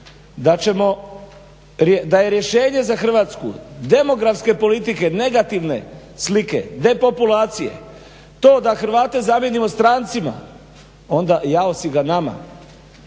mislite da je rješenje za Hrvatsku demografske politike negativne slike, depopulacije to da Hrvate zamijenimo strancima onda jao si ga nama.